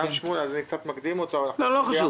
אז אני קצת מקדים אותו אבל אנחנו ביחד,